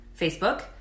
Facebook